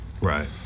Right